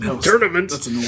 tournament